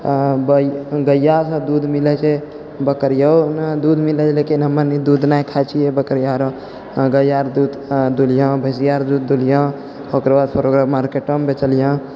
अऽ गैआसँ दूध मिलै छै बकरिओमे दूध मिलै छै लेकिन हमे नहि दूध नहि खाइ छिए बकरिआरऽ गैआरऽ दूध दुहलिअऽ भैँसिआरऽ दूध दुहलिअऽ ओकरा बाद फेर ओकरा मार्केटऽमे बेचलिअऽ